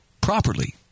properly